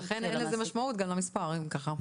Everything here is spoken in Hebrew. בדיוק, לכן אין לזה גם משמעות למספר אם ככה.